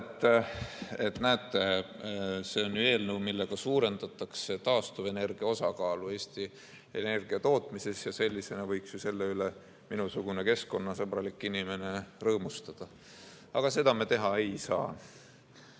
et näete, see on ju eelnõu, millega suurendatakse taastuvenergia osakaalu Eesti energiatootmises, ja sellisena võiks ju minusugune keskkonnasõbralik inimene selle üle rõõmustada. Aga seda ma teha ei saa.